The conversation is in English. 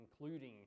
including